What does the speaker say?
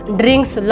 drinks